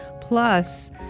Plus